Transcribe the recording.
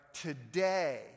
Today